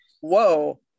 whoa